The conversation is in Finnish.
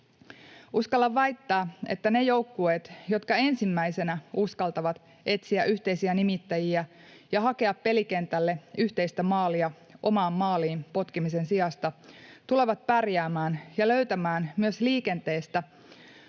Uskallan väittää, että ne joukkueet, jotka ensimmäisenä uskaltavat etsiä yhteisiä nimittäjiä ja hakea pelikentälle yhteistä maalia omaan maaliin potkimisen sijasta, tulevat pärjäämään ja löytämään myös liikenteestä